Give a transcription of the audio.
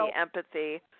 empathy